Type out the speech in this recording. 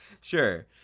sure